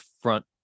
front